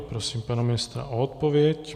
Prosím pana ministra o odpověď.